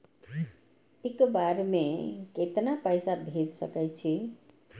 एक बार में केतना पैसा भेज सके छी?